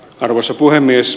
arvoisa puhemies